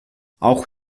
auch